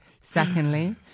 Secondly